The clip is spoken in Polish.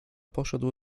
poszedł